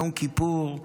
יום כיפור,